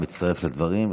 אני מצטרף לדברים.